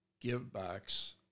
Give-backs